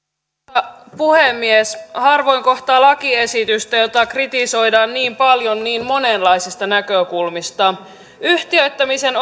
arvoisa puhemies harvoin kohtaa lakiesitystä jota kritisoidaan niin paljon niin monenlaisista näkökulmista yhtiöittämisen